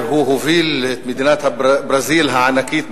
הוא הוביל את מדינת ברזיל הענקית,